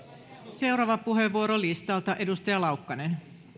seuraava puheenvuoro listalta edustaja laukkanen